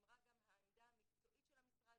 נאמרה גם העמדה המקצועית של המשרד